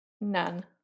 None